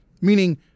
meaning